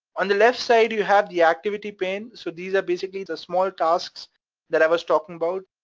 on the left side you have the activity pane, so these are basically the small tasks that i was talking about.